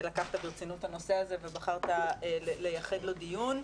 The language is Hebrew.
שלקחת ברצינות את הנושא הזה ובחרת לייחד לו דיון.